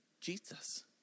Jesus